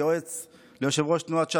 כיועץ ליושב-ראש תנועת ש"ס,